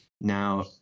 Now